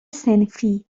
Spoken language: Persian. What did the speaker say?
صنفی